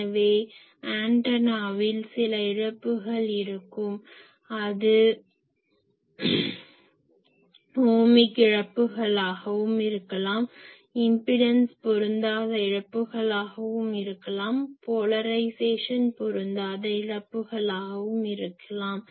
எனவே ஆண்டனாவில் சில இழப்புகள் இருக்கும் அது ஓமிக் இழப்புகளாகவும் இருக்கலாம் இம்பிடன்ஸ் பொருந்தாத இழப்புகளாகவும் இருக்கலாம் போலரைஸேசன் பொருந்தாத இழப்புகளாகவும் இருக்கலாம்